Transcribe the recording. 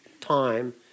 time